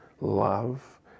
love